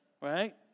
Right